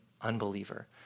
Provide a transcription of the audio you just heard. unbeliever